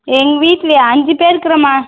எங்க வீட்லேயா அஞ்சு பேர் இருக்குறோம்மா